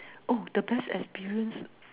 oh the best experience